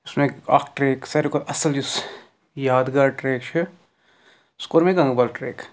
یُس مےٚ اَکھ ٹرٛیک ساروی کھۄتہٕ اَصٕل یُس یاد گار ٹرٛیک چھِ سُہ کوٚر مےٚ گَنٛگبَل ٹرٛیک